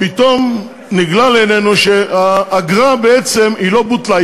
פתאום נגלה לעינינו שהאגרה בעצם לא בוטלה.